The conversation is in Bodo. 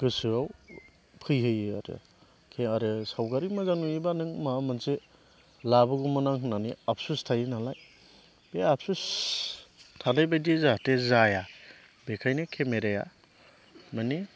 गोसोआव फैहोयो आरोखि आरो सावगारि मोजां नुयोब्ला नों माबा मोनसे लाबोगौमोन आं होननानै आफसुसु थायो नालाय बे आफसुस थानाय बायदि जाहाथे जाया बेखायनो केमेराया मानि